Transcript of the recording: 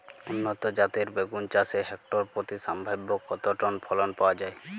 উন্নত জাতের বেগুন চাষে হেক্টর প্রতি সম্ভাব্য কত টন ফলন পাওয়া যায়?